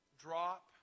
drop